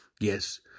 Yes